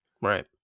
Right